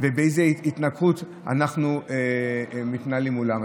ובאיזו התנגחות אנחנו מתנהלים מולם.